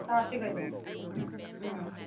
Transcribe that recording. ꯆꯥꯁꯤ ꯀꯩꯅꯣ ꯎꯝ